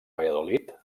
valladolid